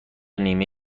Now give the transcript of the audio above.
نیمه